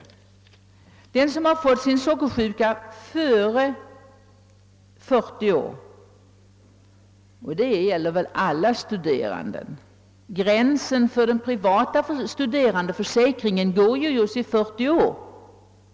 God hälsa har inte den som har fått sockersjuka före 40 års ålder — och det gäller väl alla studerande; den högsta åldersgränsen för den privata studerandeförsäkringen går just vid 40 år.